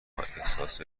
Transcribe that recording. احساس